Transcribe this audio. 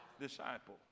disciple